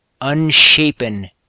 Unshapen